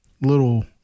little